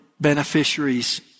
beneficiaries